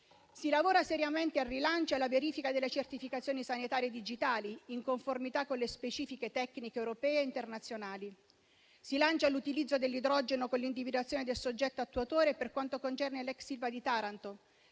Si lavora seriamente al rilancio e alla verifica delle certificazioni sanitarie digitali, in conformità con le specifiche tecniche europee e internazionali. Si lancia l'utilizzo dell'idrogeno con l'individuazione del soggetto attuatore per quanto concerne l'ex Ilva di Taranto;